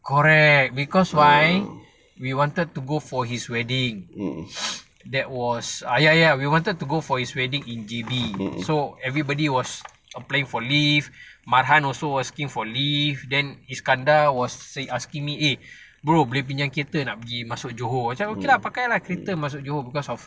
correct because why we wanted to go for his wedding that was ah ya ya we wanted to go for his wedding in J_B so everybody was applying for leave marhan was also asking for leave then iskandar was asking me eh bro boleh pinjam kereta nak pergi masuk johor aku cakap okay lah pakai lah kereta masuk johor because of